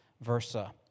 versa